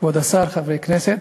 כבוד השר, חברי הכנסת,